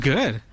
Good